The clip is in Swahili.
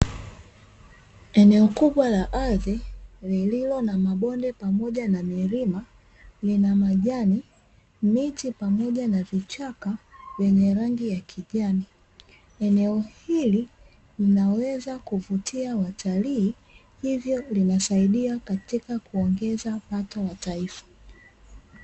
Eneo kubwa la ardhi lililo na mabonde pamoja na milima lina majani, miti pamoja na vichaka, wenye rangi ya kijani eneo hili linaweza kuvutia watalii hivyo linasaidia katika kuongeza pato la taifa.